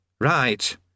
Right